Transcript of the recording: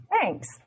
Thanks